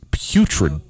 Putrid